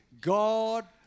God